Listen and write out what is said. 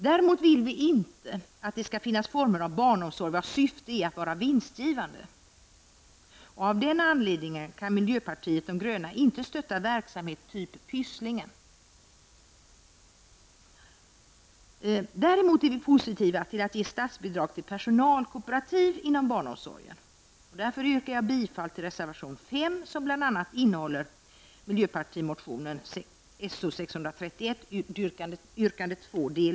Vi vill inte att det skall finnas former av barnomsorg vars syfte är att vara vinstgivande. Av denna anledning kan miljöpartiet de gröna inte stötta verksamhet typ Pysslingen. Däremot är vi positiva till att ge statsbidrag till personalkooperativ inom barnomsorgen. Därför yrkar jag bifall till reservation 5, som bl.a.